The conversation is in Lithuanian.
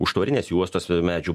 užtvarinės juostos medžių